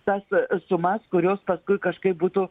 tas sumas kurios paskui kažkaip būtų